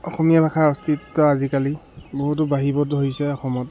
অসমীয়া ভাষাৰ অস্তিত্ব আজিকালি বহুতো বাঢ়িব ধৰিছে অসমত